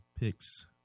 picks